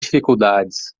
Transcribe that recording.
dificuldades